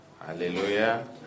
Hallelujah